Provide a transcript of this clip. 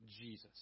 Jesus